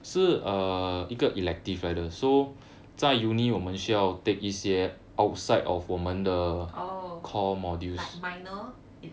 oh like minor